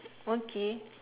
okay